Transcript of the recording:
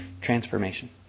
transformation